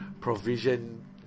provision